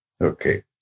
Okay